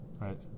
Right